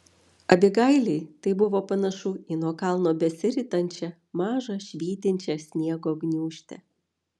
abigailei tai buvo panašu į nuo kalno besiritančią mažą švytinčią sniego gniūžtę